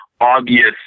obvious